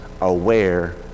aware